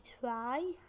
try